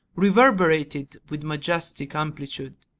reverberated with majestic amplitude.